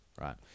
right